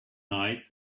night